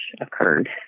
occurred